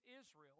Israel